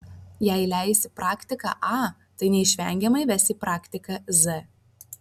jei leisi praktiką a tai neišvengiamai ves į praktiką z